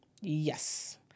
Yes